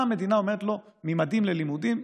באה המדינה ואומרת לו: ממדים ללימודים,